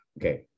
okay